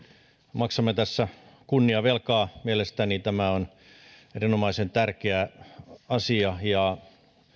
maksamme tässä kunniavelkaa mielestäni tämä on erinomaisen tärkeä asia ja